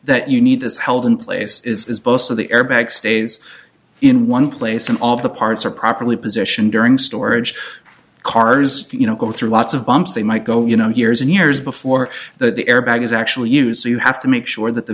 that you need this held in place is both so the airbag stays in one place and all the parts are properly positioned during storage cars you know go through lots of bumps they might go you know years and years before the airbag is actually use so you have to make sure that the